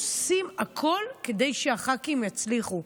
עושים הכול כדי שהח"כים יצליחו,